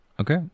Okay